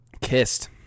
kissed